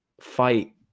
fight